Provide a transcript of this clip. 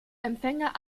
empfänger